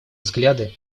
взгляды